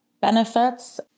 benefits